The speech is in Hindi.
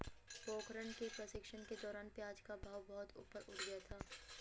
पोखरण के प्रशिक्षण के दौरान प्याज का भाव बहुत ऊपर उठ गया था